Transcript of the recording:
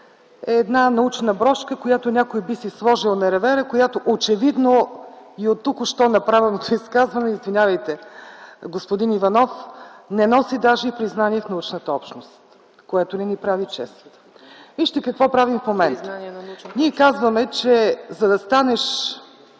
е една научна брошка, която някой би си сложил на ревера, която очевидно и от току-що направеното изказване, извинявайте, господин Иванов, не носи даже и признание в научната общност, което не ни прави чест. Вижте какво правим в момента! Ние казваме, че за да станеш